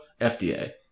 FDA